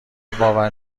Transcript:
باور